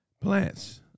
Plants